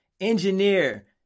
engineer